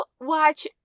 watch